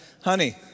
Honey